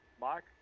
mike